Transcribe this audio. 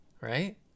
right